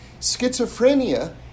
Schizophrenia